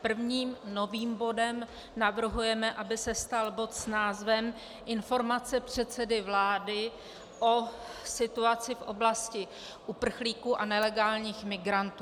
Prvním novým bodem navrhujeme, aby se stal bod s názvem Informace předsedy vlády o situaci v oblasti uprchlíků a nelegálních migrantů.